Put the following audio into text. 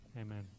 amen